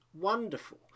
wonderful